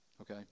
Okay